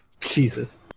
Jesus